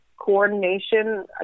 coordination